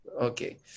Okay